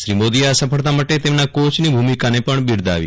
શ્રી મોદીએ આ સફળતા માટે તેમના કોચની ભૂમિકાને પણ બિરદાવી